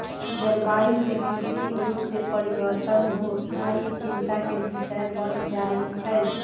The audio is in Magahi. जलवायु में कृत्रिम रूप से परिवर्तन होनाइ चिंता के विषय बन जाइ छइ